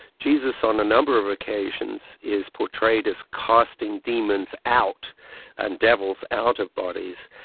jesus on a number of occasions is portrayed as casting demons out and devils out of bodies.